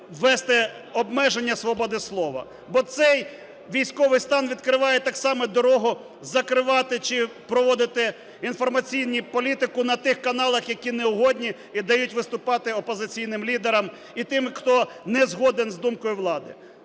ввести обмеження свободи слова. Бо цей військовий стан відкриває так само дорогу закривати чи проводити інформаційну політику на тих каналах, яке неугодні і дають виступати опозиційним лідерам і тим, хто не згоден з думкою влади.